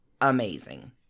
amazing